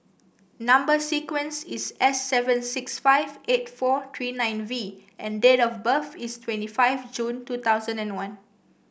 number sequence is S seven six five eight four three nine V and date of birth is twenty five June two thousand and one